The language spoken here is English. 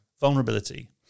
vulnerability